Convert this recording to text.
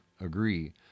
agree